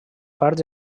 parts